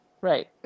Right